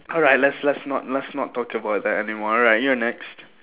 alright let's let's not let's not talk about that anymore alright you're next